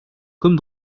comme